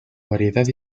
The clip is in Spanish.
variedad